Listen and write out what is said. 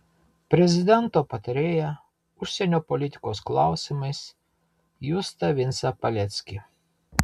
prezidento patarėją užsienio politikos klausimais justą vincą paleckį